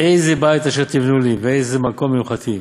אי זה בית אשר תבנו לי ואי זה מקום מנוחתי',